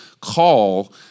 call